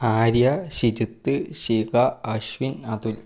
Arya Shijith Shiva Ashwin Atul